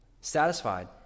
satisfied